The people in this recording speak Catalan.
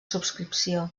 subscripció